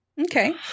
Okay